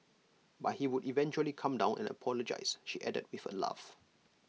but he would eventually calm down and apologise she added with A laugh